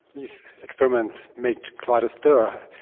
these experiments made quite a stir.